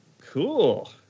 Cool